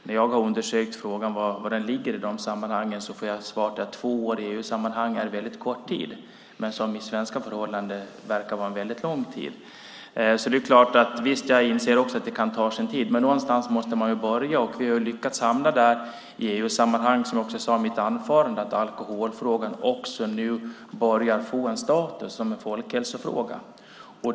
När jag har undersökt var frågan ligger har jag fått till svar att två år är väldigt kort tid i EU-sammanhang samtidigt som det verkar vara en väldigt lång tid efter svenska förhållanden. Jag inser också att det kan ta sin tid, men någonstans måste man börja. I EU-sammanhang har vi nu lyckats komma så långt att alkoholfrågan börjar få status som en folkhälsofråga.